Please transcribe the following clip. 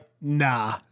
nah